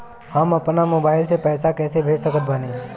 हम अपना मोबाइल से पैसा कैसे भेज सकत बानी?